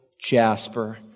jasper